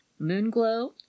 Moonglow